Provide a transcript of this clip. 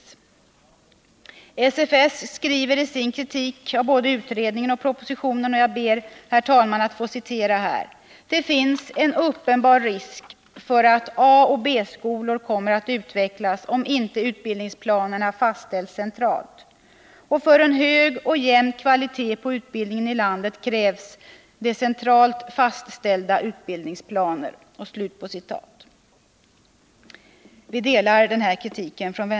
SFS skriver i sin kritik av både utredningen och propositionen: ”Det finns en uppenbar risk för att A och B-skolor kommer att utvecklas ominte utbildningsplanerna fastställes centralt. För en hög och jämn kvalitet på utbildningen i landet krävs det centralt fastställda utbildningsplaner.” Vänsterpartiet kommunisterna delar den kritiken.